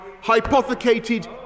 hypothecated